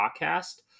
podcast